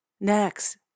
Next